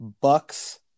Bucks